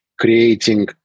creating